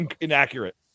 inaccurate